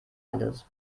alles